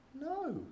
No